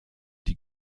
die